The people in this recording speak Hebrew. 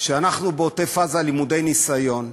שאנחנו בעוטף-עזה למודי ניסיון,